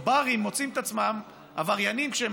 או ברים מוצאים את עצמם עבריינים כשהם